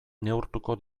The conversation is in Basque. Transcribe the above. neurtuko